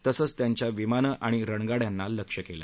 तसंच त्यांच्या विमानं आणि रणगाड्यांना लक्ष्य केलं